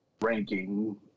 ranking